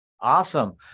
Awesome